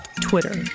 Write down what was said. Twitter